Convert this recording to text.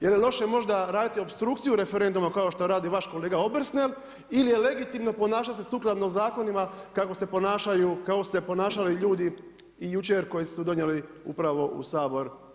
Je li loše možda raditi opstrukciju referenduma kao što radi vaš kolega Obersnel ili je legitimno ponašati se sukladno zakonima kako su se ponašali ljudi i jučer koji su donijeli upravo u Sabor potpise.